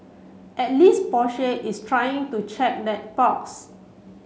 at least Porsche is trying to check that box